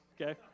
okay